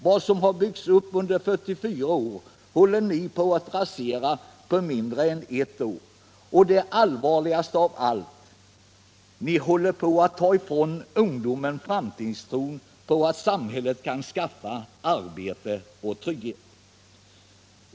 Vad som har byggts upp under 44 år håller ni på att rasera på mindre än ett år. Och det allvarligaste av allt: ni håller på att ta ifrån ungdomen tron på att samhället kan skaffa arbete och skapa trygghet.